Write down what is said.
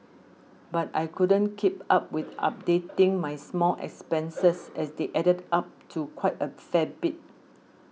but I couldn't keep up with updating my small expenses as they added up to quite a fair bit